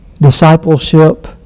discipleship